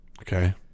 Okay